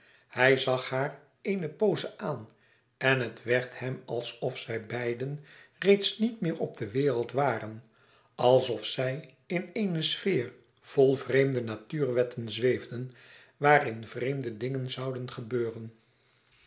hij zag haar eene pooze aan en het werd hem alsof zij beiden reeds niet meer op de wereld waren alsof zij in eene sfeer vol vreemde natuurwetten zweefden waarin vreemde dingen zouden gebeuren